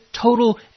total